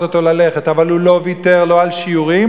אבל הוא נפל על משמרתו,